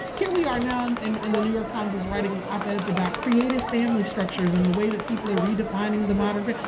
here we are now and and and the new york times is wring op-eds about creative family structures and the way that people are redefining the modern but